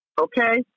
Okay